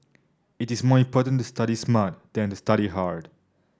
it is more important to study smart than to study hard